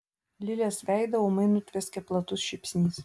lilės veidą ūmai nutvieskė platus šypsnys